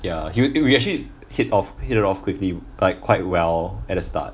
ya he eh we actually hit off hit off quickly like quite well at the start